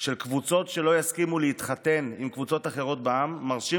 בהתחלה אמרתי